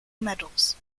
medals